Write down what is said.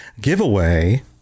giveaway